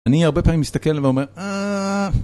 אני הרבה פעמים מסתכל ואומר...